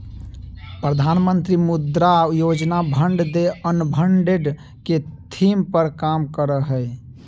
प्रधानमंत्री Mudra Yojana fund the unfunded के theme पर काम करय हइ